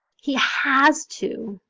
he has to,